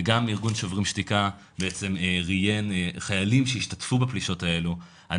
וגם ארגון "שוברים שתיקה" בעצם ראיין חיילים שהשתתפו בפלישות האלו על